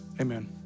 amen